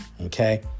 Okay